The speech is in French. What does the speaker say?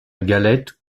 galette